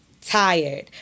tired